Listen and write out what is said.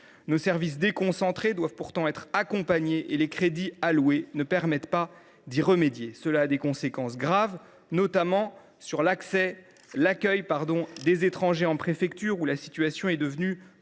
Nos services déconcentrés doivent être accompagnés et les crédits alloués n’y pourvoient pas, ce qui a des conséquences graves, notamment sur l’accueil des étrangers en préfecture. La situation est devenue tout